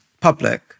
public